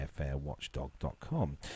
airfarewatchdog.com